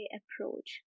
approach